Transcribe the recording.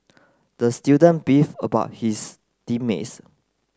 the student beefed about his team mates